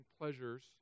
pleasures